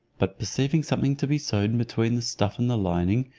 but perceiving something to be sewed between the stuff and the lining,